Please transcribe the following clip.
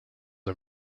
are